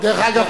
דרך אגב,